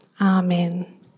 Amen